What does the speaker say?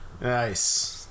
nice